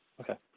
Okay